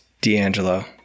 D'Angelo